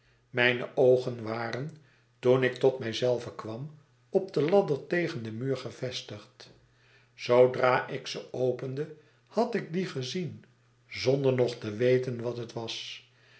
mijne oogen waren toen iktot mij zelven kwam op de ladder tegen den muur gevestigd zoodra ik ze opende had ik die gezien zonder nog te weten wat het was